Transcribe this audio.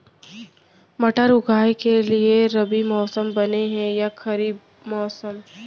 मटर उगाए के लिए रबि मौसम बने हे या खरीफ मौसम?